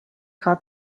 got